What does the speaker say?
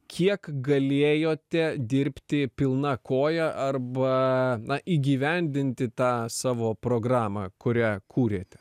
kiek galėjote dirbti pilna koja arba na įgyvendinti tą savo programą kurią kūrėte